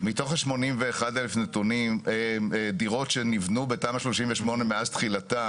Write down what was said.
מתוך ה-81,000 דירות שנבנו בתמ"א 38 מאז תחילתה